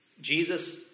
Jesus